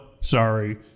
Sorry